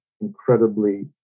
incredibly